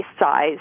size